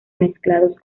mezclados